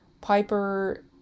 Piper